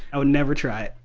i would never try it.